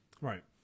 Right